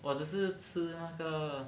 我只是吃那个